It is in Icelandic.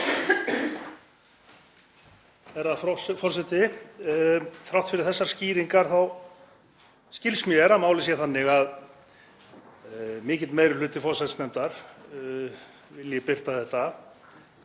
Þrátt fyrir þessar skýringar þá skilst mér að málið sé þannig að mikill meiri hluti forsætisnefndar vilji birta þetta,